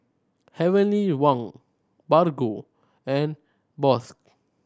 Heavenly Wang Bargo and Bosch